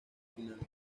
final